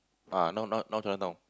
ah not not not Chinatown